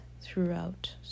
throughout